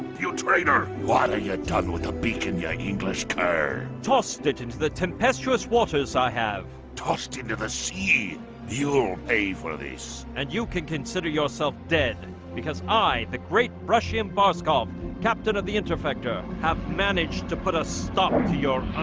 traitor why are you done with the beacon young english car tossed it into the tempestuous waters i have tossed into the sea you'll pay for this and you can consider yourself dead because i the great prussian baskov captain of the intersector have managed to put a stop to your